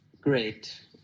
great